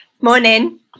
Morning